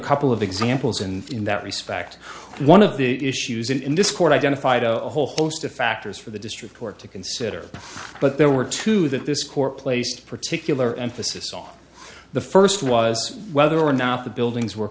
couple of examples and in that respect one of the issues in this court identified a whole host of factors for the district court to consider but there were two that this court placed particular emphasis on the first was whether or not the buildings were